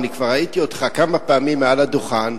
אני כבר ראיתי אותך כמה פעמים על הדוכן,